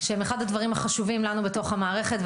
הם אחד הדברים החשובים לנו בתוך המערכת,